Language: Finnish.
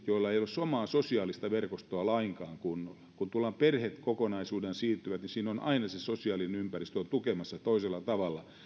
joilla ei ole omaa sosiaalista verkostoa lainkaan kun kun tullaan perhekokonaisuutena niin siinä on aina se sosiaalinen ympäristö tukemassa ja ohjaamassa toisella tavalla